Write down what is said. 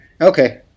Okay